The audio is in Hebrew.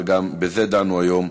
וגם בזה דנו היום,